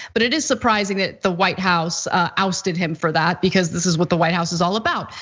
but it is surprising that the white house ousted him for that because this is what the white house is all about.